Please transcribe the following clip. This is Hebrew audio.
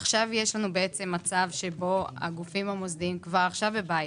עכשיו יש מצב שבו הגופים המוסדיים כבר עכשיו בבעיה.